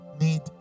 need